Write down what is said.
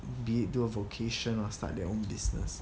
be it do a vocation or start their own business